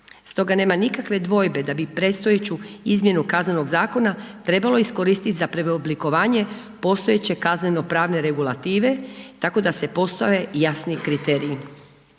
Stoga nema nikakve dvojbe da bi predstojeću izmjenu Kaznenog zakona trebalo iskoristit za preoblikovanje postojeće kazneno pravne regulative, tako da se postave jasni kriteriji.